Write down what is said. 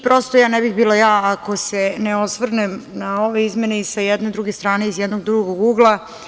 Prosto ja ne bih bila ja, ako se ne osvrnem na ove izmene i sa jedne i sa druge strane iz jednog drugog ugla.